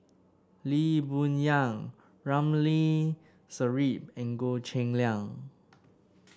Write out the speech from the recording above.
Lee Boon Yang Ramli Sarip and Goh Cheng Liang